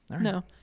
no